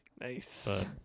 Nice